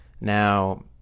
Now